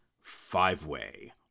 Five-Way